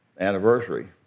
anniversary